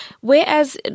whereas